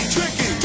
Tricky